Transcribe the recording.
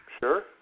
Sure